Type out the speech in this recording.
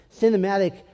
cinematic